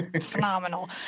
phenomenal